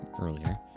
earlier